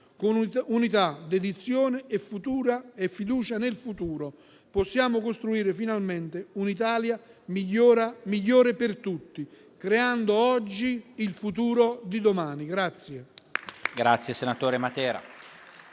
Con unità, dedizione e fiducia nel futuro, possiamo costruire finalmente un'Italia migliore per tutti, creando oggi il futuro di domani.